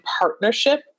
partnership